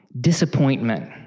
disappointment